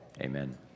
amen